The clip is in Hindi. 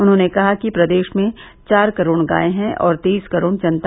उन्होंने कहा कि प्रदेश में चार करोड़ गाय है और तेईस करोड़ जनता